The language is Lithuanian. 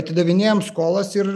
atidavinėjam skolas ir